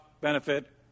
benefit